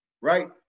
right